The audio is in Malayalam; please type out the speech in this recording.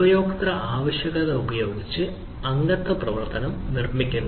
ഉപയോക്തൃ ആവശ്യകത ഉപയോഗിച്ച് അംഗത്വ പ്രവർത്തനം നിർമ്മിക്കുന്നു